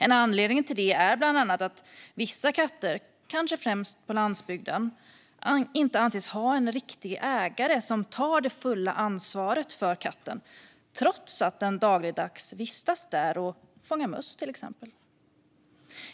En anledning till det är att vissa katter, kanske främst på landsbygden, inte anses ha en riktig ägare som tar det fulla ansvaret för katten trots att den dagligdags vistas där och fångar möss, till exempel.